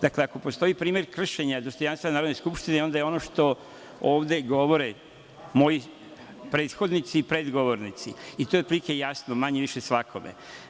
Dakle, ako postoji primer kršenja dostojanstva Narodne skupštine, onda je to ono što ovde govore moji prethodnici i to je otprilike jasno manje-više svakome.